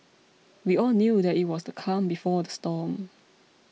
we all knew that it was the calm before the storm